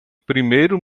primeiro